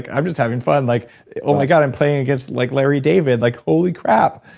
i'm just having fun. like oh my god, i'm playing against like larry david, like holy crap!